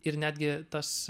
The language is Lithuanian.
ir netgi tas